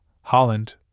Holland